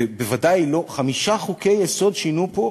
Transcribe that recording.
בוודאי לא, חמישה חוקי-יסוד שינו פה